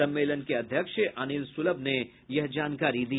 सम्मेलन के अध्यक्ष अनिल सुलभ ने यह जानकारी दी